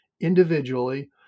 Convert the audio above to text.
individually